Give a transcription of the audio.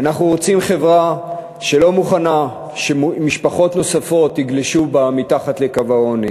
אנחנו רוצים חברה שלא מוכנה שמשפחות נוספות יגלשו בה אל מתחת לקו העוני.